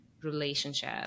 Relationship